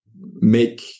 make